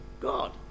God